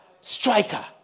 striker